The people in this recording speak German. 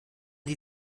die